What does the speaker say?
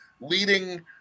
leading